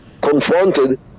confronted